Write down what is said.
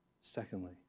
Secondly